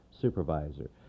supervisor